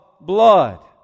blood